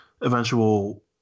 eventual